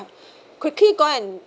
quickly go and